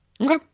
Okay